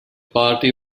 party